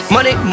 Money